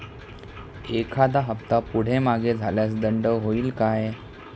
एखादा हफ्ता पुढे मागे झाल्यास दंड होईल काय?